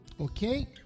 okay